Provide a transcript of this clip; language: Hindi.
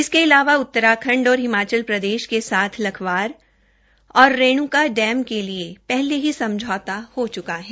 इसके अलावा उत्तराखण्ड और हिमाचल प्रदेष के सथ लखवार और रेणुका डैम के लिए पहले ही समझौता हो चुका है